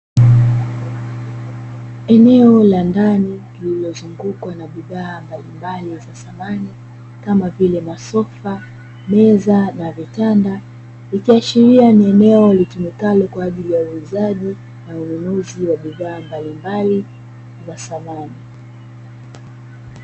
Eneo la ndani lililozungukwa na bidhaa mbalimbali za samani kama vile masofa, meza, na vitanda ikiashiria ni eneo litumikalo kwa ajili ya uuzaji na ununuzi wa bidhaa mbalimbali za samani.